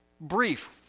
brief